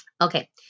Okay